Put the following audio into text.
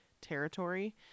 territory